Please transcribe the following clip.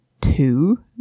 Two